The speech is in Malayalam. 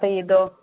അപ്പോൾ ഇതോ